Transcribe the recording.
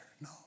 no